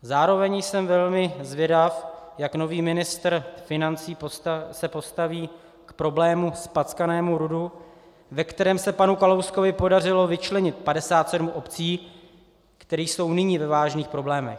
Zároveň jsem velmi zvědav, jak se nový ministr financí postaví k problému zpackaného RUDu, ve kterém se panu Kalouskovi podařilo vyčlenit 57 obcí, které jsou nyní ve vážných problémech.